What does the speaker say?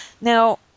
Now